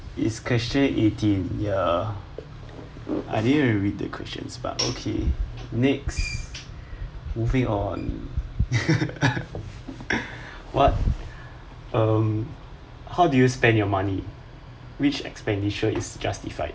is question eighteen ya I didn't read the questions but okay next moving on what um how do you spend your money which expenditure is justified